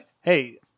hey